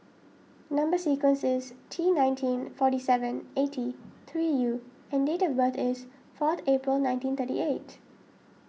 Number Sequence is T nineteen forty seven eighty three U and date of birth is fourth April nineteen thirty eight